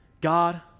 God